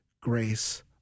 grace